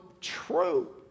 true